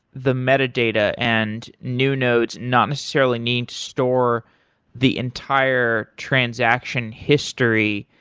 the meta data and new nodes not necessarily need to store the entire transaction history.